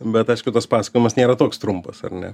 bet aišku tas pasakojimas nėra toks trumpas ar ne